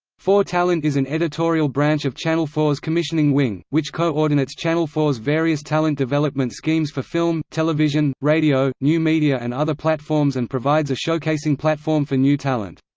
four talent is an editorial branch of channel four s commissioning wing, which co-ordinates channel four s various talent development schemes for film, television, radio, new media and other platforms and provides a showcasing showcasing platform for new talent.